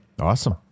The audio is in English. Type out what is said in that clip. awesome